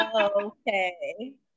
okay